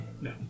No